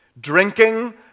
drinking